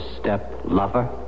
step-lover